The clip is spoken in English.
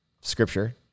scripture